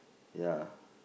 ya